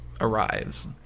arrives